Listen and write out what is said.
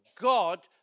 God